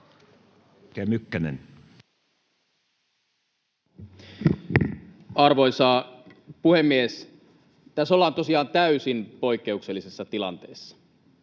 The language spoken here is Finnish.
Arvoisa puhemies! Tässä ollaan tosiaan täysin poikkeuksellisessa tilanteessa,